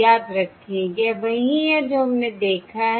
याद रखें यह वही है जो हमने देखा है